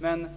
Men